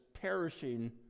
perishing